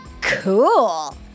Cool